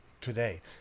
today